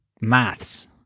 maths